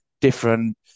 different